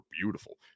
beautiful